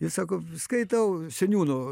ir sako skaitau seniūno